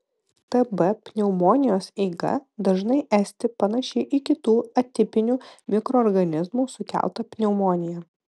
tb pneumonijos eiga dažnai esti panaši į kitų atipinių mikroorganizmų sukeltą pneumoniją